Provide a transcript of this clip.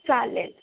चालेल